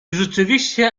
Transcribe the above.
rzeczywiście